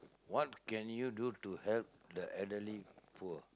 what can you do to help the elderly poor